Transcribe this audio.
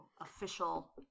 official